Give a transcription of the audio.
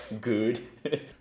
Good